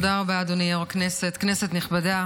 תודה רבה, אדוני יו"ר הישיבה, כנסת נכבדה,